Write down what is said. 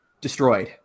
destroyed